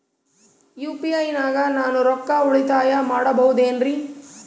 UPI ನಾಗ ನಾನು ರೊಕ್ಕ ಉಳಿತಾಯ ಮಾಡಬಹುದೇನ್ರಿ?